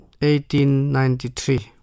1893